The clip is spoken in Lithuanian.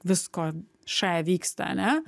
visko š vyksta ane